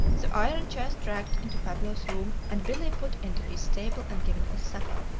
the iron chest dragged into pablo's room, and billy put into his stable and given his supper,